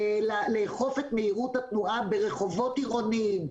לאכוף את מהירות התנועה ברחובות עירוניים,